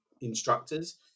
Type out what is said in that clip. instructors